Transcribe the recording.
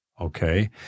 okay